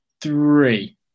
Three